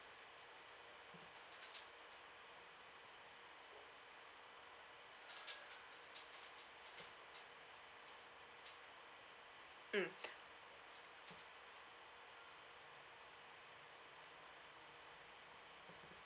mm